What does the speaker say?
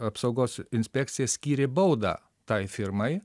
apsaugos inspekcija skyrė baudą tai firmai